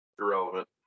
irrelevant